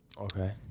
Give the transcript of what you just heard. Okay